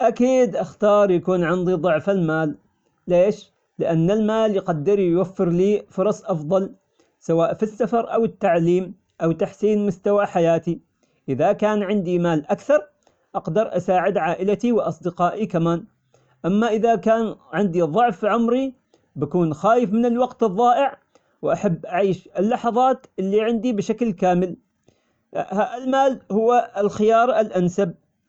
أكيد أختار يكون عندي ضعف المال، ليش؟ لأن المال يقدر يوفر لي فرص أفضل، سواء في السفر أو التعليم أو تحسين مستوى حياتي، إذا كان عندي مال أكثر أقدر أساعد عائلتي وأصدقائي كمان، أما إذا كان عندي ضعف عمري بكون خايف من الوقت الضائع وأحب أعيش اللحظات اللي عندي بشكل كامل، ههالـ ـ المال هو الخيار الأنسب.